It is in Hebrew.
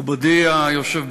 מכובדי היושב בראש,